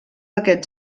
aquest